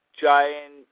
Giant